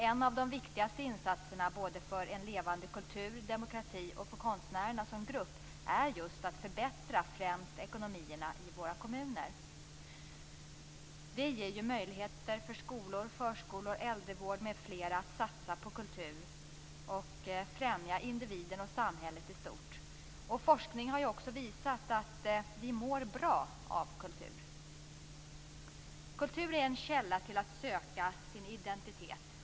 En av de viktigaste insatserna för en levande kultur, för demokrati och för konstnärerna som grupp är just att förbättra främst kommunernas ekonomi. Det ger ju möjligheter för skolor, förskolor, äldrevård m.fl. att satsa på kultur och främja individen och samhället i stort. Forskning har visat att vi mår bra av kultur. Kultur är en källa till att söka en identitet.